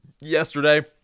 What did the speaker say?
yesterday